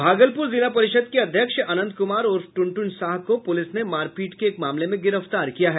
भागलपुर जिला परिषद के अध्यक्ष अनंत कुमार उर्फ टुनटुन साह को पुलिस ने मारपीट के एक मामले में गिरफ्तार किया है